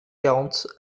quarante